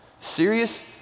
Serious